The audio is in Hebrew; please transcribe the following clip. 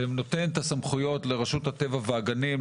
ונותן את הסמכויות לרשות הטבע והגנים,